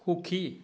সুখী